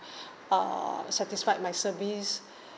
uh satisfied my service